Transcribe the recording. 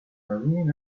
maroon